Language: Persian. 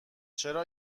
چرا